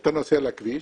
כשאתה נוסע על הכביש,